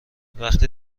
وقتی